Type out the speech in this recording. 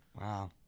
Wow